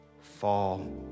fall